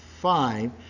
five